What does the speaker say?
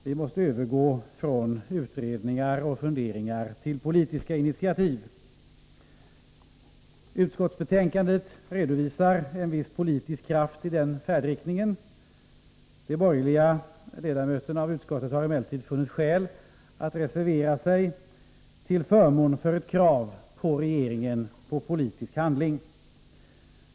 Vi måste övergå från utredningar och funderingar till politiska initiativ. I utskottsbetänkandet redovisas en viss politisk inställning, som går i den riktningen. De borgerliga ledamöterna i utskottet har emellertid funnit skäl att reservera sig till förmån för krav på regeringen när det gäller politisk handling.